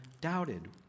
doubted